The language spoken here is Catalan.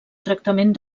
tractament